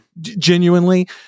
genuinely